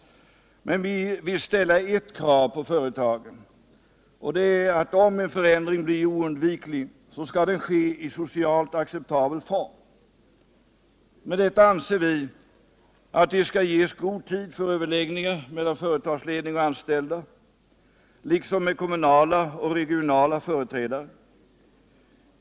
Men vi vill ställa ett krav på företagen, och det är att om en förändring blir oundviklig skall den ske i socialt acceptabel form. Med detta avser vi att det skall ges god tid för överläggningar mellan företagsledning och anställda, liksom med kommunala och regionala företrädare.